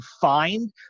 find